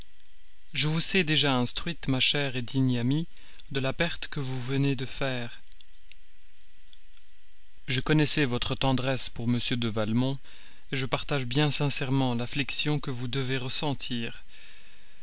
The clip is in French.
je vous sais déjà instruite ma chère digne amie de la perte que vous venez de faire je connaissais votre tendresse pour m de valmont je partage bien sincèrement l'affliction que vous devez ressentir